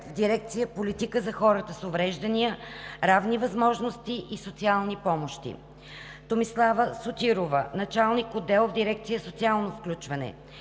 в дирекция „Политика за хората с увреждания, равни възможности и социални помощи“, Тонислава Сотирова – началник отдел в дирекция „Социално включване“,